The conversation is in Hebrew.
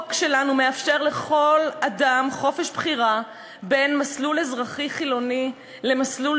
החוק שלנו מאפשר לכל אדם חופש בחירה בין מסלול אזרחי חילוני למסלול